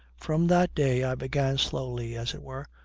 from that day i began slowly, as it were,